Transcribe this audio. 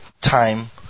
time